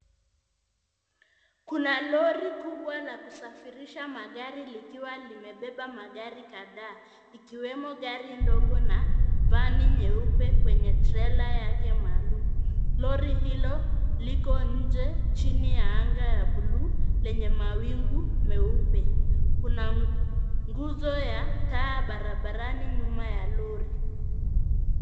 Kuna lori kubwa la kusafirisha magari likiwa limebeba magari kadhaa ikiwemo gari ndogo na vani nyeupe kwenye trela yake maalum. Lori hilo liko nje chini ya anga ya buluu lenye mawingu meupe. Kuna nguzo ya taa barabarani nyuma ya lori.